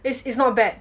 is is not bad